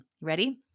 Ready